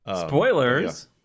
Spoilers